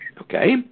Okay